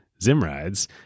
Zimrides